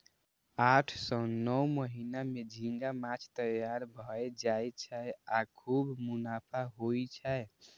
आठ सं नौ महीना मे झींगा माछ तैयार भए जाय छै आ खूब मुनाफा होइ छै